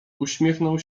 uśmiechnął